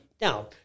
Now